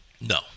No